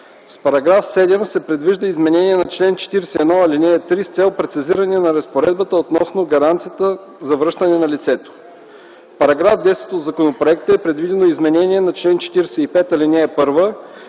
С § 7 се предвижда изменение на чл. 41, ал. 3 с цел прецизиране на разпоредбата относно гаранцията за връщане на лицето. В § 10 от законопроекта е предвидено изменение на чл. 45, ал. 1,